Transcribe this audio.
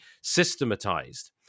systematized